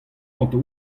ganto